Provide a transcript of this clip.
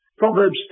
Proverbs